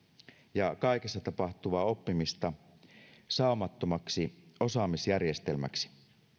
ja kaikessa tapahtuvaa oppimista saumattomaksi osaamisjärjestelmäksi